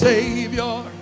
Savior